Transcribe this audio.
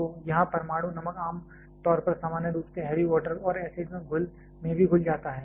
तो यहाँ परमाणु नमक आम तौर पर सामान्य रूप से हैवी वाटर और एसिड में भी घुल जाता है